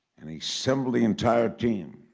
and he assembled the entire team.